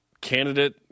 candidate